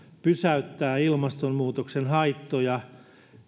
pysäyttää ilmastonmuutoksen haittoja